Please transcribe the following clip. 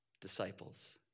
disciples